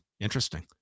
interesting